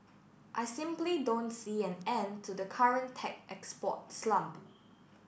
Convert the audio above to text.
I simply don't see an end to the current tech export slump